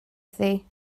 thi